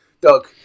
Doug